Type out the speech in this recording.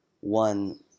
one